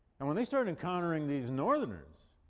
and when they started encountering these northerners,